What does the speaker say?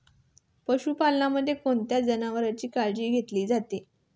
पशुपालनामध्ये कोणत्या जनावरांची काळजी घेतली जाते?